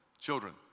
Children